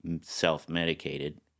self-medicated